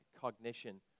cognition